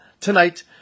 Tonight